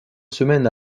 semaines